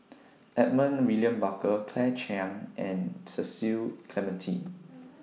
Edmund William Barker Claire Chiang and Cecil Clementi